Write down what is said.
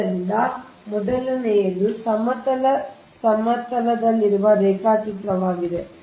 ಆದ್ದರಿಂದ ಮೊದಲನೆಯದು ಸಮತಲ ಸಮತಲದಲ್ಲಿರುವ ರೇಖಾಚಿತ್ರವಾಗಿದೆ